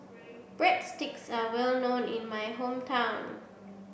Breadsticks are well known in my hometown